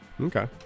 Okay